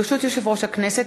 ברשות יושב-ראש הכנסת,